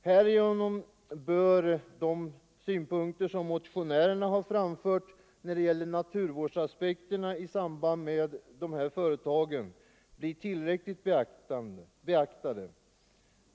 Härigenom bör de av motionärerna anförda naturvårdsaspekterna bli tillräckligt beaktade.